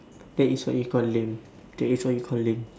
that is what you call lame that is what you call lame